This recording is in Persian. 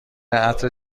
عطر